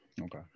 okay